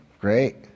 great